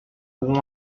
auront